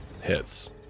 hits